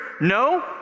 No